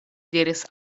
diris